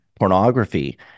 pornography